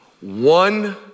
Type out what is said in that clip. one